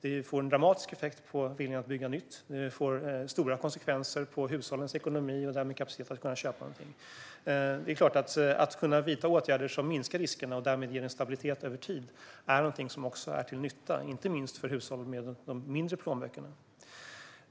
Det ger en dramatisk effekt på viljan att bygga nytt. Det får stora konsekvenser för hushållens ekonomi och därmed deras kapacitet att kunna köpa något. Att kunna vidta åtgärder som minskar riskerna och ger en stabilitet över tid är något som även är till nytta, inte minst för hushåll med mindre plånböcker.